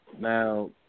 Now